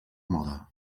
moda